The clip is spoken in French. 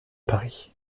paris